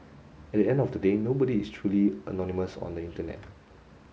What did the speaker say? at the end of the day nobody is truly anonymous on the internet